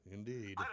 Indeed